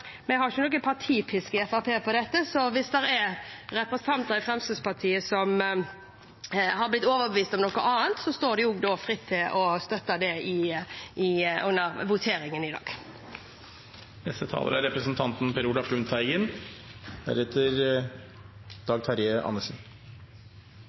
vi ikke har noen partipisk i Fremskrittspartiet på dette, så hvis det er representanter i Fremskrittspartiet som er blitt overbevist om noe annet, står de fritt til å støtte dette under voteringen i dag. Endringer i Grunnloven er